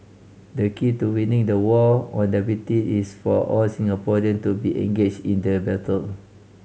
the key to winning the war on diabetic is for all Singaporean to be engaged in the battle